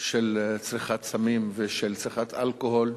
של צריכת סמים ושל צריכת אלכוהול,